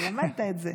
אתה למדת את זה.